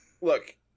Look